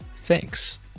Thanks